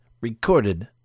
recorded